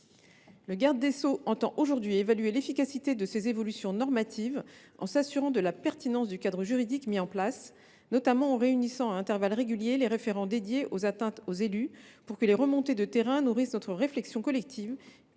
Le garde des sceaux entend aujourd’hui évaluer l’efficacité de ces évolutions normatives en s’assurant de la pertinence du cadre juridique mis en place. Il compte notamment réunir à intervalles réguliers les référents dédiés aux atteintes aux élus pour que les remontées de terrain nourrissent notre réflexion collective.